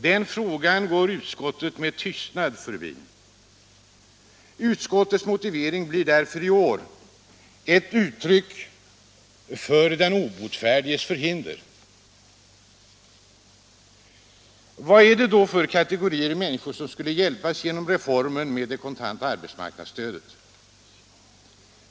Den frågan går utskottet med tystnad förbi. Dess motivering blir därför i år ett uttryck för den obotfärdiges förhinder. Vad är det då för kategorier människor som skulle hjälpas genom reformen med det kontanta arbetsmarknadsstödet?